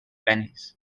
penis